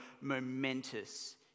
momentous